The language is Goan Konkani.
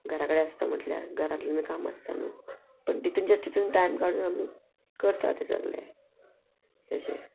घरा कडेन आसता म्हटल्यार घरांतल्यान काम आसता न्हू पण तितून जे तितून टायम काडून आमी करता ते सगले तशें